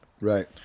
right